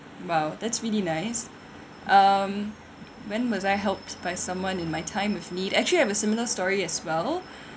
!wow! that's really nice um when was I helped by someone in my time of need actually I have a similar story as well